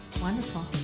Wonderful